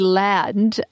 land